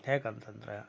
ಹೇಗಂತಂದರೆ